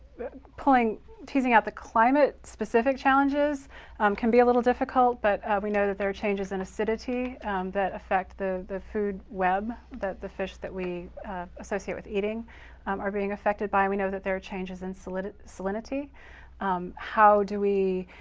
teasing out the climate-specific challenges can be a little difficult, but we know that there are changes in acidity that affect the the food web that the fish that we associate with eating um are being affected by. and we know that there are changes in salinity. how do we